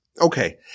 Okay